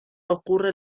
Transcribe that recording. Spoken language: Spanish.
ocurre